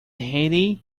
heidi